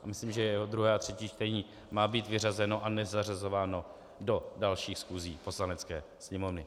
Myslím, že jeho druhé a třetí čtení má být vyřazeno a nezařazováno do dalších schůzí Poslanecké sněmovny.